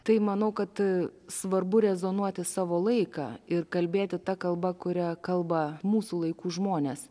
tai manau kad svarbu rezonuoti savo laiką ir kalbėti ta kalba kuria kalba mūsų laikų žmonės